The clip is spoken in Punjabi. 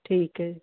ਠੀਕ ਹੈ ਜੀ